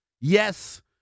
Yes